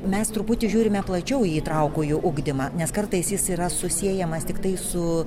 mes truputį žiūrime plačiau į įtraukųjį ugdymą nes kartais jis yra susiejamas tiktai su